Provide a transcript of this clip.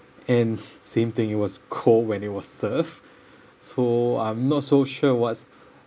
and same thing it was cold when it was served so I'm not so sure what's